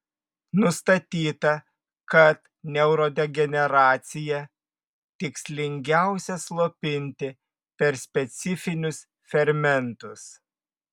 nustatyta kad neurodegeneraciją tikslingiausia slopinti per specifinius fermentus